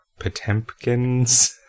Potemkins